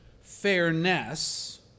fairness